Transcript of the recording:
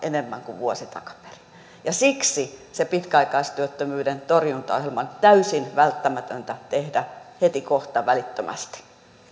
enemmän kuin vuosi takaperin ja siksi se pitkäaikaistyöttömyyden torjuntaohjelma on täysin välttämätöntä tehdä hetikohta välittömästi